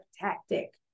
tactic